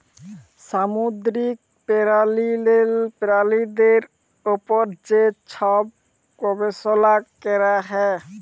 সামুদ্দিরিক পেরালিদের উপর যে ছব গবেষলা ক্যরা হ্যয়